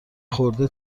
خورده